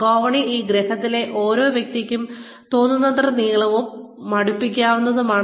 ഗോവണി ഈ ഗ്രഹത്തിലെ ഓരോ വ്യക്തിക്കും തോന്നുന്നത്ര നീളവും മടുപ്പിക്കുന്നതുമാണ്